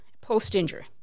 post-injury